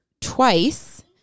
twice